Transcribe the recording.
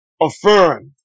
Affirmed